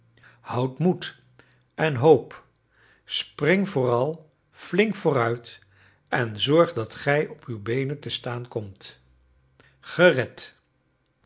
houd moed en hoop spring vooral flink vooruit en zorg dat gij op uw beenen te staan komt gered